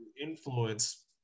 influence